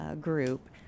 group